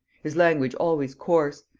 his language always coarse,